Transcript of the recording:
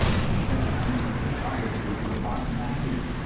sneaked up behind her and set fire to it with a box of matches.